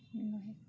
ନୁହେଁ